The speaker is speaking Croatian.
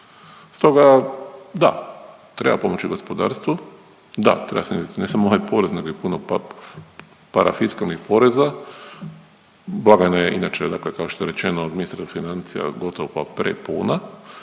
Stoga da, treba pomoći gospodarstvu, da treba snizit, ne samo ovaj porez nego i puno parafiskalnih poreza, blagajna je inače dakle kao što je rečeno od ministra financija, gotovo pa prepuna